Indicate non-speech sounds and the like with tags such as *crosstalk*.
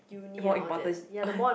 more important is *laughs*